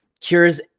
cures